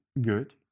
good